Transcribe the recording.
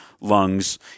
lungs